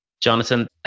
Jonathan